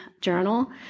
journal